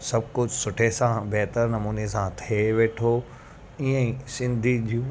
सभु कुझु सुठे सां बहितर नमूने सां थिए वेठो हीअंई सिंधी जूं